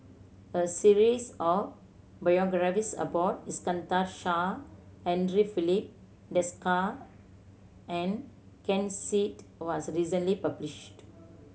a series of biographies about Iskandar Shah Andre Filipe Desker and Ken Seet was recently published